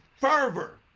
fervor